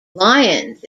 lyons